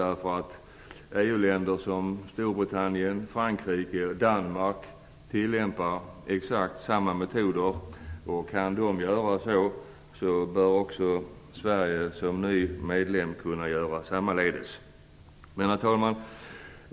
EU länder som Storbritannien, Frankrike och Danmark tillämpar exakt samma metoder, och om de kan göra det, kan också Sverige som ny medlem göra det. Herr talman!